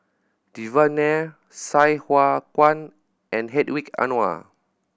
Devan Nair Sai Hua Kuan and Hedwig Anuar